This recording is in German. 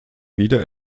wieder